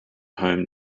home